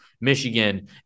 Michigan